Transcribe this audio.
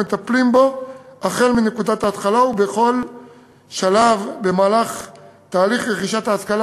מטפלים בו מנקודת ההתחלה ובכל שלב בתהליך רכישת ההשכלה